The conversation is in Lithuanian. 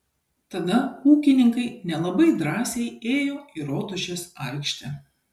tada ūkininkai nelabai drąsiai ėjo į rotušės aikštę